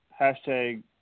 Hashtag